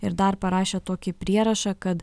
ir dar parašė tokį prierašą kad